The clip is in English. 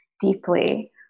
deeply